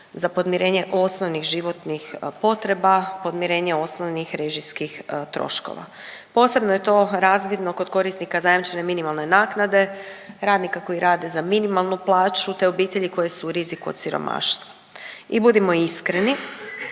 za podmirenje osnovnih životnih potreba i podmirenje osnovnih režijskih troškova, posebno je to razvidno kod korisnika zajamčene minimalne naknade, radnika koji rade za minimalnu plaću, te obitelji koji su u riziku od siromaštva. I budimo iskreni,